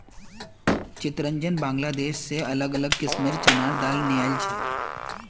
चितरंजन बांग्लादेश से अलग अलग किस्मेंर चनार दाल अनियाइल छे